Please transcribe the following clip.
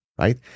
right